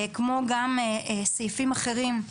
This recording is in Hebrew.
כמו גם סעיפים אחרים.